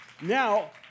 Now